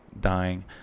dying